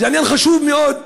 זה עניין חשוב מאוד,